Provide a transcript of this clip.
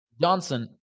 Johnson